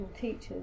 teachers